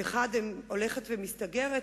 מחד גיסא היא הולכת ומסתגרת,